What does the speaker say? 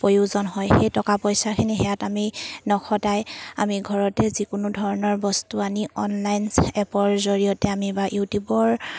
প্ৰয়োজন হয় সেই টকা পইচাখিনি সেয়াত আমি নখটাই আমি ঘৰতে যিকোনো ধৰণৰ বস্তু আনি অনলাইন এপৰ জৰিয়তে আমি বা ইউটিউবৰ